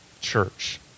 church